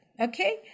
Okay